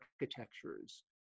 architectures